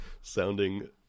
sounding